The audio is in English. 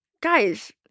Guys